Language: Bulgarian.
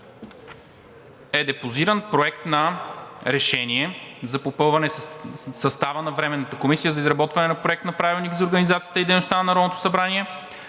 съвет. Проект на решение за промяна на състава на Временната комисия за изработване на Проект на правилник за организацията и